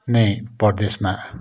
नै प्रदेशमा